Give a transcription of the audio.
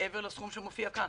מעבר לסכום שמופיע כאן.